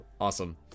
Awesome